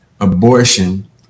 abortion